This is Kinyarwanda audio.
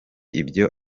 ibyo